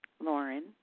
Lauren